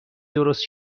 درست